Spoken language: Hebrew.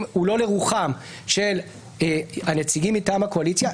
הוא לא לרוחם של הנציגים מטעם הקואליציה,